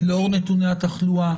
לאור נתוני התחלואה